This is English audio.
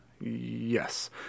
Yes